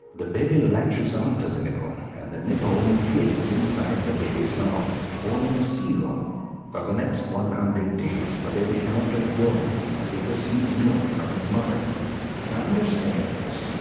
the baby latches on um to the nipple ah and the nipple inflates inside the baby's mouth forming a seal ah for the next one hundred days the baby cannot let go, as it receives milk from its mother to understand this,